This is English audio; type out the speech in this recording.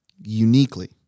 uniquely